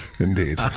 Indeed